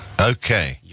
Okay